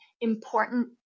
important